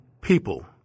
people